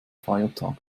feiertag